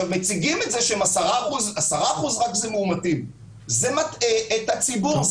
מציגים את זה כאילו 10 אחוזים הם מאומתים אבל זה מטעה את הציבור.